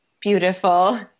beautiful